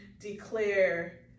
declare